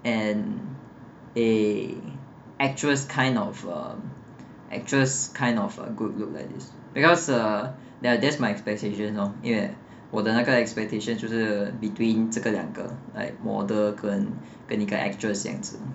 and eh actress kind of err actress kind of uh good look like this because uh they're just my expectation lor 因为我的那个 expectations 就是 between 这个两个 like model 跟一个 actress 这样子